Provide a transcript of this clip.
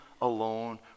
alone